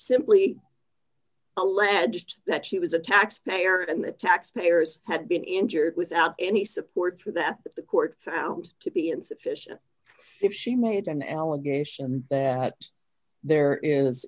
simply alleged that she was a taxpayer and the taxpayers had been injured without any support for that that the court found to be insufficient if she made an allegation that there is